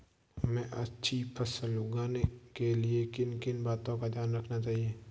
हमें अच्छी फसल उगाने में किन किन बातों का ध्यान रखना चाहिए?